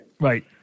Right